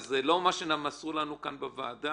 זה לא מה שמסרו לנו כאן בוועדה,